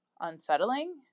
unsettling